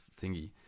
thingy